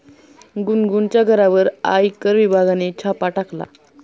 गुनगुनच्या घरावर आयकर विभागाने छापा टाकला